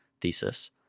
thesis